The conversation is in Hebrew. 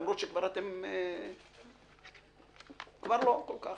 למרות שאתם כבר לא כל כך.